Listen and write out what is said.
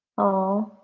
oh.